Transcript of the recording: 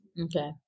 Okay